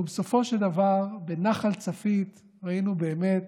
ובסופו של דבר בנחל צפית ראינו באמת